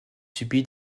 subit